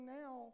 now